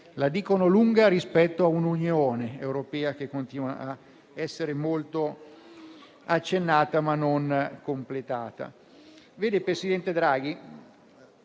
la dicono lunga rispetto a un'Unione europea che continua a essere molto accennata, ma non completata.